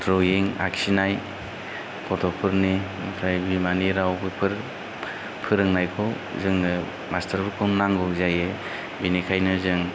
drawing आखिनाय गथ'फोरनि ओमफ्राय बिमानि रावफोर फोरोंनायखौ जोंनो मास्तारफोरखौ नांगौ जायो बेनिखायनो जों